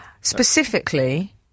Specifically